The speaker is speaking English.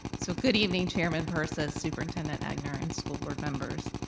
so good evening, chairman persis, superintendent egnor, and school board members.